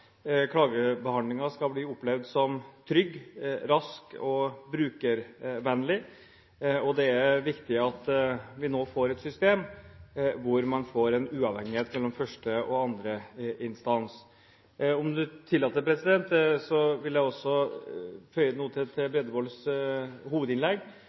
skal bli opplevd som trygg, rask og brukervennlig, og det er viktig at vi nå får et system hvor man får en uavhengighet mellom første og andre instans. Om presidenten tillater det, vil jeg også føye til noe til Bredvolds hovedinnlegg,